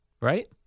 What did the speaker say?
Right